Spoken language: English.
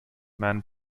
mann